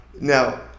Now